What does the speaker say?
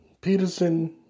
Peterson